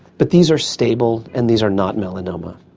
but these are stable and these are not melanoma.